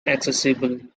accessible